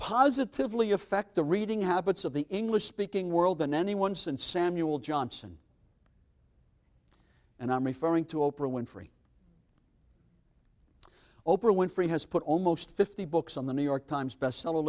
positively affect the reading habits of the english speaking world than anyone since samuel johnson and i'm referring to oprah winfrey oprah winfrey has put almost fifty books on the new york times bestseller